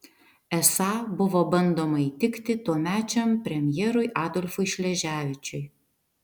esą buvo bandoma įtikti tuomečiam premjerui adolfui šleževičiui